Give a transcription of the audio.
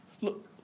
Look